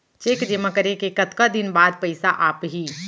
Cheque जेमा करें के कतका दिन बाद पइसा आप ही?